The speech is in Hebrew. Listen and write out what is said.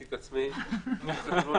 את המוחזקים כמשמעותם בחוק הכניסה לישראל.